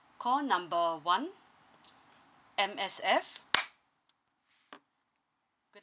call number one M_S_F